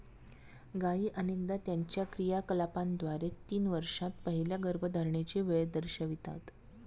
गायी अनेकदा त्यांच्या क्रियाकलापांद्वारे तीन वर्षांत पहिल्या गर्भधारणेची वेळ दर्शवितात